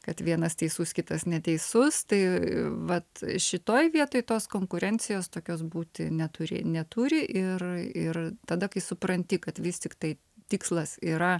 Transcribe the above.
kad vienas teisus kitas neteisus tai vat šitoj vietoj tos konkurencijos tokios būti neturė neturi ir ir tada kai supranti kad vis tiktai tikslas yra